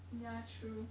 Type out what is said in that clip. yeah true